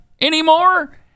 anymore